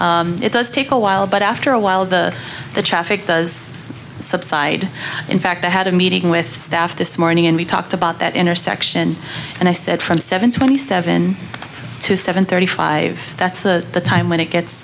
bad it does take a while but after a while the the traffic does subside in fact i had a meeting with staff this morning and we talked about that intersection and i said from seven twenty seven to seven thirty five that's the time when it gets